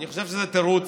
אני חושב שזה תירוץ,